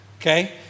Okay